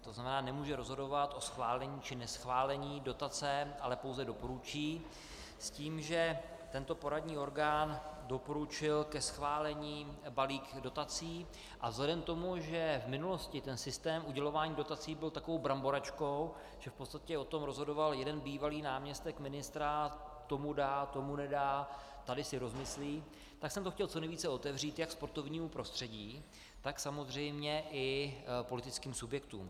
To znamená, nemůže rozhodovat o schválení či neschválení dotace, ale pouze doporučí s tím, že tento poradní orgán doporučil ke schválení balík dotací, a vzhledem k tomu, že v minulosti systém udělování dotací byl takovou bramboračkou, že v podstatě o tom rozhodoval jeden bývalý náměstek ministra tomu dá, tomu nedá, tady si rozmyslí , tak jsem to chtěl co nejvíce otevřít jak sportovnímu prostředí, tak samozřejmě i politickým subjektům.